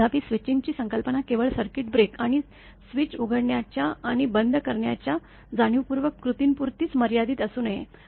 तथापि स्विचिंगची संकल्पना केवळ सर्किट ब्रेकर आणि स्विच उघडण्याच्या आणि बंद करण्याच्या जाणीवपूर्वक कृतींपुरती मर्यादित असू नये